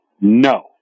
no